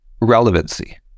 relevancy